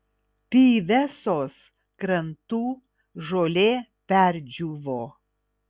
pyvesos krantų žolė perdžiūvo